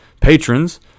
patrons